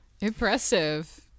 impressive